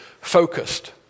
focused